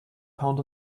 pound